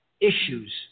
issues